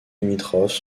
limitrophes